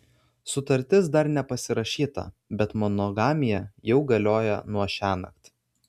sutartis dar nepasirašyta bet monogamija jau galioja nuo šiąnakt